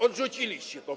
Odrzuciliście to.